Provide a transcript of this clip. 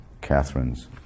Catherine's